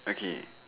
okay